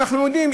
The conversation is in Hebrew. אנחנו יודעים,